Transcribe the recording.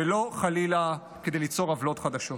ולא, חלילה, כדי ליצור עוולות חדשות.